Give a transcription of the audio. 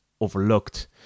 overlooked